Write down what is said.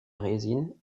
résine